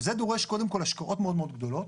זה דורש קודם כל השקעות מאוד גדולות,